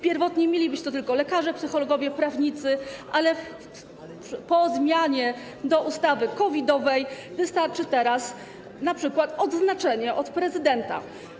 Pierwotnie mieli być to tylko lekarze, psychologowie, prawnicy, ale po zmianie do ustawy COVID-owej wystarczy teraz np. odznaczenie otrzymane od prezydenta.